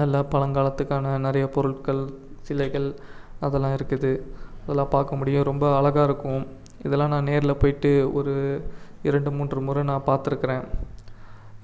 நல்லா பழங்காலத்துக்கான நிறைய பொருட்கள் சிலைகள் அதெல்லாம் இருக்குது அதெல்லாம் பார்க்க முடியும் ரொம்ப அழகா இருக்கும் இதெல்லாம் நான் நேரில் போய்விட்டு ஒரு இரண்டு மூன்று முறை நான் பார்த்துருக்குறேன்